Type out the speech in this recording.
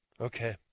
Okay